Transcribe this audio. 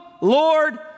Lord